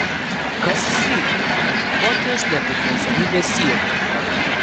kas slypi už škotijos nepriklausomybės siekių